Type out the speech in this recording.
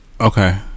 okay